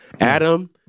Adam